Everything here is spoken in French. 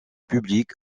publique